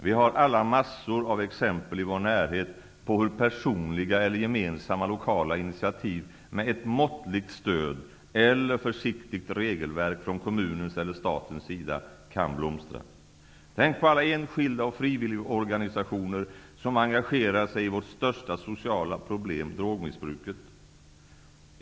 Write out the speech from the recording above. Vi har alla mängder av exempel i vår närhet på hur personliga eller gemensamma lokala initiativ, med ett måttligt stöd eller försiktigt regelverk från kommunens eller statens sida, kan blomstra. Tänk på alla enskilda och frivilligorganisationer som engagerat sig i vårt största sociala problem, drogmissbruket.